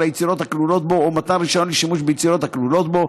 היצירות הכלולות בו או מתן רישיון לשימוש ביצירות הכלולות בו,